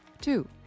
Two